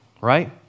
right